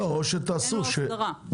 אין לו הסדרה.